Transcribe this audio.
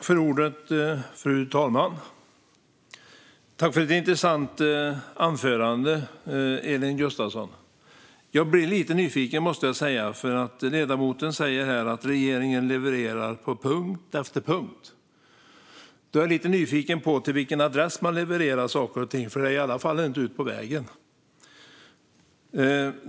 Fru talman! Tack för ett intressant anförande, Elin Gustafsson! Jag måste säga att jag blir lite nyfiken, för ledamoten säger här att regeringen levererar på punkt efter punkt. Då undrar jag till vilken adress man i så fall levererar saker och ting, för det är i alla fall inte ut på vägen.